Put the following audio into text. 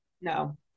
No